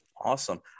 Awesome